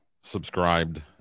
subscribed